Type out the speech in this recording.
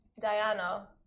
Diana